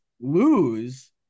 lose